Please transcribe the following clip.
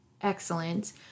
excellent